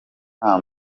nta